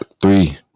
Three